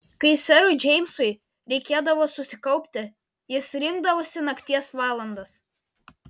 kai serui džeimsui reikėdavo susikaupti jis rinkdavosi nakties valandas